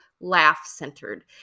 laugh-centered